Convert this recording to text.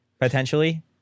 potentially